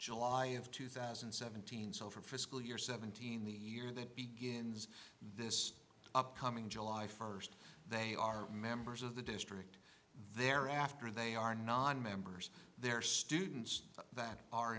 july of two thousand and seventeen so for fiscal year seventeen the year that begins this upcoming july first they are members of the district they're after they are non members their students that are